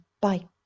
Bye